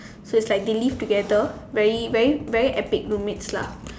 so it's like they live together very very very epic roommates lah